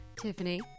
Tiffany